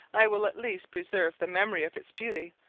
i will at least preserve the memory of its beauties,